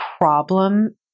problem